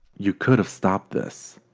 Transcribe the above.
you could have stopped this.